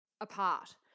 apart